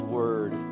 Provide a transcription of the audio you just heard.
word